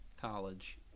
College